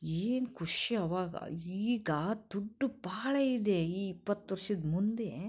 ಏನು ಖುಷಿ ಅವಾಗ ಈಗ ದುಡ್ಡು ಬಹಳ ಇದೆ ಈ ಇಪ್ಪತ್ತು ವರ್ಷದ ಮುಂದೆ